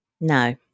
No